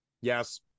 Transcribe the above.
Yes